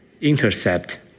Intercept